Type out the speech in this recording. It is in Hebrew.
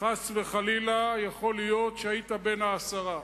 חס וחלילה יכול להיות שהיית בין העשרה.